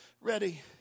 ready